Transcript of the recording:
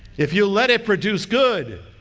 if you let it produce good,